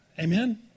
Amen